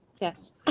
Yes